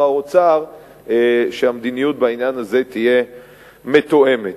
האוצר שהמדיניות בעניין הזה תהיה מתואמת.